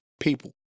people